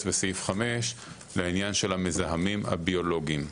בסעיף 5 לעניין של המזהמים הביולוגיים.